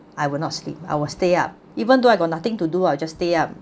I will not sleep our stay up even though I got nothing to do I'll just stay up